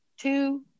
two